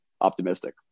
optimistic